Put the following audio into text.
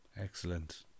Excellent